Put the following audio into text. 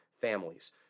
families